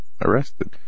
arrested